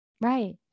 Right